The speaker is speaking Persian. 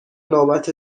نوبت